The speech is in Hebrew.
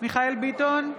מיכאל מרדכי ביטון,